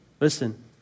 listen